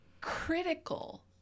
critical